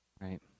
Right